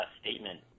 statement